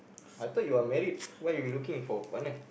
I thought you are married why you looking for a partner